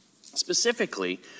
Specifically